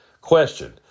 Question